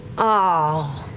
all